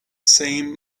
same